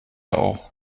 auch